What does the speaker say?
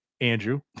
andrew